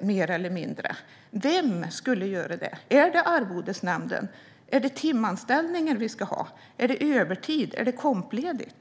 mer eller mindre? Är det arvodesnämnden? Är det timanställningar vi ska ha? Är det övertid eller kompledigt?